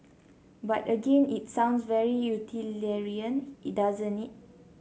but again it sounds very utilitarian doesn't it